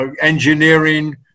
engineering